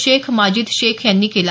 शेख माजीद शेख यांनी केलं